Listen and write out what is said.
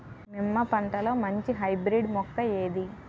నిమ్మ పంటలో మంచి హైబ్రిడ్ మొక్క ఏది?